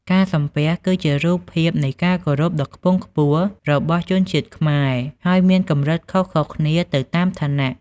ការសំពះ គឺជារូបភាពនៃការគោរពដ៏ខ្ពង់ខ្ពស់របស់ជនជាតិខ្មែរ ហើយមានកម្រិតខុសៗគ្នាទៅតាមឋានៈ។